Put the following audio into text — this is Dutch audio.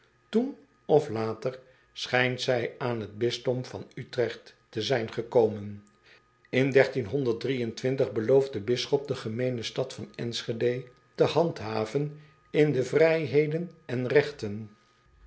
oen of later schijnt zij aan het bisdom van trecht te zijn gekomen n belooft de bisschop de gemeene stad van nschede te handhaven in de vrijheden en regten